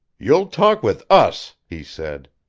you'll talk with us, he said.